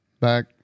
Back